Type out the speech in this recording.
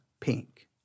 Pink